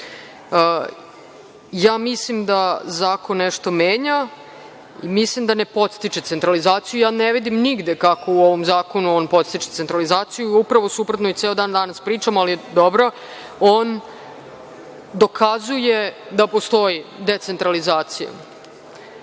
Ja mislim da zakon nešto menja. Mislim da ne podstiče centralizaciju. Ne vidim nigde kako u ovom zakonu on podstiče centralizaciju. Upravo suprotno i ceo dan danas pričamo, ali dobro. On dokazuje da postoji decentralizacija.